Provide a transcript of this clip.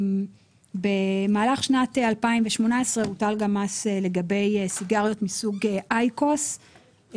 במהלך שנת 2018 הוטל מס לגבי סיגריות מסוג אייקוס,